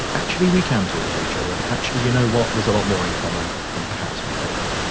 actually we can talk to each other and actually, you know what, there's a lot more in common than perhaps we thought.